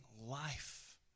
life